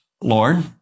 Lord